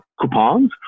coupons